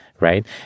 right